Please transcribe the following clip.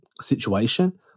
situation